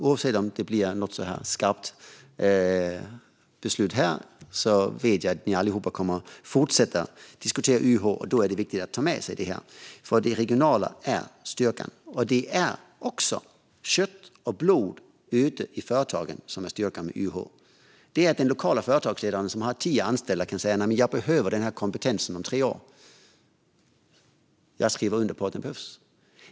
Oavsett om det blir ett skarpt beslut här vet jag att ni alla kommer att fortsätta att diskutera YH, och då är det viktigt att ta med sig detta. Det regionala är styrkan. Det är också kött och blod ute i företagen som är styrkan med YH. Det är den lokala företagsledaren som har tio anställda som kan säga: Jag behöver den här kompetensen om tre år - jag skriver under på att den behövs.